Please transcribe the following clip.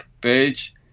page